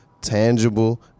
tangible